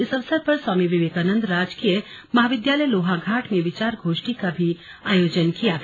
इस अवसर पर स्वामी विवेकानन्द राजकीय महाविद्यालय लोहाघाट में विचार गोष्ठी का भी आयोजन किया गया